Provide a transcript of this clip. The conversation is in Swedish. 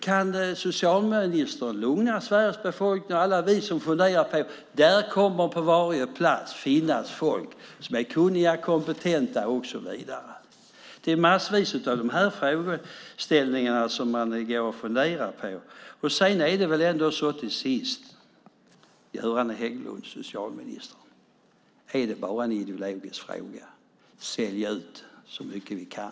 Kan socialministern lugna Sveriges befolkning och alla oss som funderar med att det på varje plats kommer att finnas människor som är kunniga, kompetenta och så vidare? Det finns många sådana frågeställningar som man går och funderar på. Sedan är det väl ändå så, socialminister Göran Hägglund, att det bara är en ideologisk fråga att vi ska sälja ut så mycket vi kan?